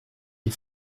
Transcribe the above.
les